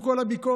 עם כל הביקורת,